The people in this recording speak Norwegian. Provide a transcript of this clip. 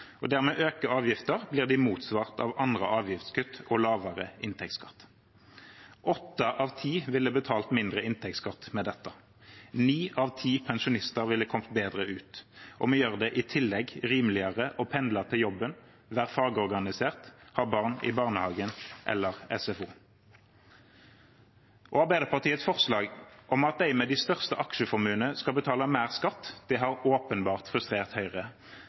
avgifter, blir de motsvart av avgiftskutt og lavere inntektsskatt. Åtte av ti ville betalt mindre inntektsskatt med dette. Ni av ti pensjonister ville kommet bedre ut. Vi gjør det i tillegg rimeligere å pendle til jobben, være fagorganisert og å ha barn i barnehage eller SFO. Arbeiderpartiets forslag om at de med de største aksjeformuene skal betale mer skatt, har åpenbart frustrert Høyre,